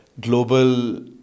global